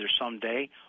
someday